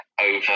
over